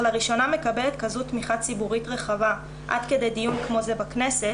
לראשונה מקבלת כזו תמיכה ציבורית רחבה עד כדי דיון כמו זה בכנסת,